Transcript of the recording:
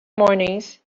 mornings